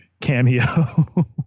cameo